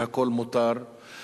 והכול מותר,